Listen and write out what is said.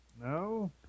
no